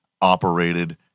operated